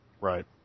Right